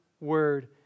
word